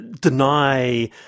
deny